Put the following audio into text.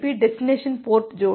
destination port Jodi